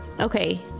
Okay